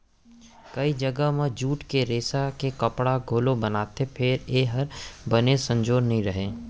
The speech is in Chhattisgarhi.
कइ जघा म जूट के रेसा के कपड़ा घलौ बनथे फेर ए हर बने संजोर नइ रहय